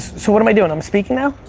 so what am i doing? i'm speaking now?